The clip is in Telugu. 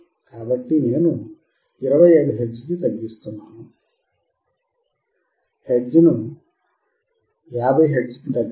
కాబట్టి నేను 25 హెర్ట్జ్ కి తగ్గిస్తున్నాను హెర్ట్జ్లను 50 హెర్ట్జ్ కి దగ్గరగా